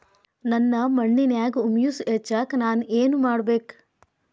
ನನ್ನ ಮಣ್ಣಿನ್ಯಾಗ್ ಹುಮ್ಯೂಸ್ ಹೆಚ್ಚಾಕ್ ನಾನ್ ಏನು ಮಾಡ್ಬೇಕ್?